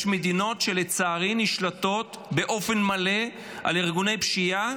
יש מדינות שלצערי נשלטות באופן מלא על ידי ארגוני פשיעה,